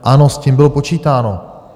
Ano, s tím bylo počítáno.